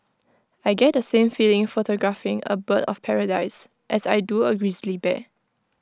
I get the same feeling photographing A bird of paradise as I do A grizzly bear